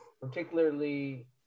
Particularly